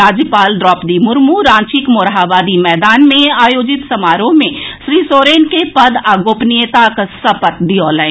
राज्यपाल द्रौपदी मुर्मू रांचीक मोरहाबादी मैदान मे आयोजित समारोह मे श्री सोरेन के पद आ गोपनीयताक सपत दियौलनि